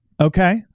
Okay